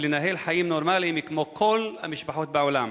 ולניהול חיים נורמליים כמו כל המשפחות בעולם.